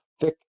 thick